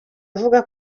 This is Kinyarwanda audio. avuga